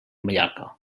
mallorca